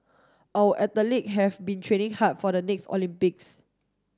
our athlete have been training hard for the next Olympics